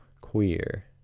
queer